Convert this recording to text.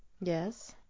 Yes